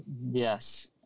Yes